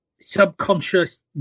Subconscious